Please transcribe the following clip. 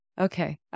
Okay